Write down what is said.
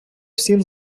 всім